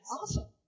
Awesome